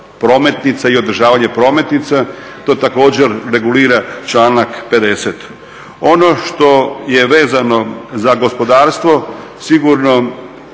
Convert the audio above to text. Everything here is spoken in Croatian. prometnica i održavanje prometnica, to također regulira članak 50. Ono što je vezano za gospodarstvo sigurno